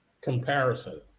comparison